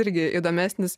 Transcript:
irgi įdomesnis